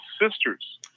sisters